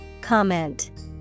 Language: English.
Comment